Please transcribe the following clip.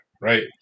right